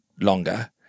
longer